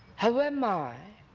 how am i